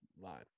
line